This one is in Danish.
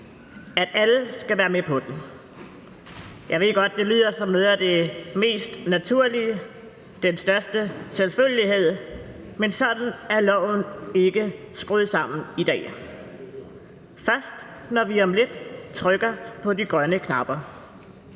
Alle skal være med på den. Jeg ved godt, det lyder som noget af det mest naturlige, den største selvfølgelighed, men sådan er loven ikke skruet sammen i dag – først, når vi om lidt trykker på de grønne knapper.